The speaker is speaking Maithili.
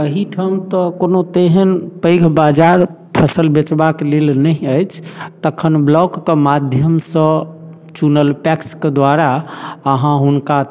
एहीठाम तऽ कोनो तेहन पैघ बाजार फसल बेचबाक लेल नहि अछि तखन ब्लौकके माध्यमसँ चुनल टैक्सके द्वारा अहाँ हुनका